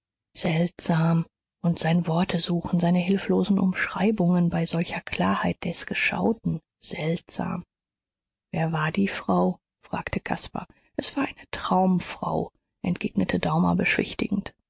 seltsam und sein wortesuchen seine hilflosen umschreibungen bei solcher klarheit des geschauten seltsam wer war die frau fragte caspar es war eine traumfrau entgegnete daumer beschwichtigend